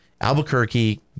Albuquerque